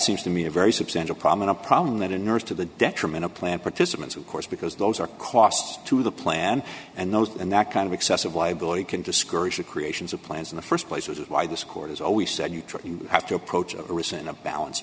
seems to me a very substantial prominent problem that a nurse to the detriment of planned participants of course because those are costs to the plan and those and that kind of excessive liability can discourage the creations of plans in the st place which is why this court has always said you try to have to approach of ricin a balance